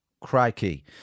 Crikey